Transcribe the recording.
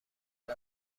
بعد